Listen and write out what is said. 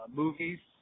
movies